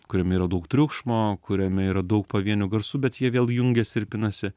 kuriame yra daug triukšmo kuriame yra daug pavienių garsų bet jie vėl jungiasi ir pinasi